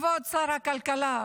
כבוד שר הכלכלה,